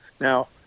Now